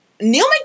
Neil